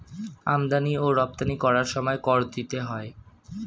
আমদানি ও রপ্তানি করার সময় কর দিতে হয়